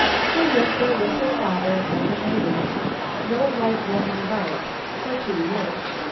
she lived there with her father and the natives no white woman about for two years.